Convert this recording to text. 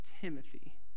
Timothy